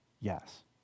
Yes